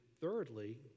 thirdly